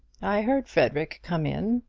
i heard frederic come in.